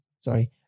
sorry